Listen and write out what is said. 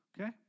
okay